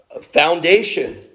foundation